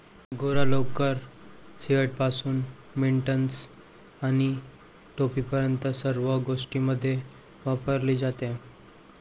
angora लोकर, स्वेटरपासून mittens आणि टोपीपर्यंत सर्व गोष्टींमध्ये वापरली जाते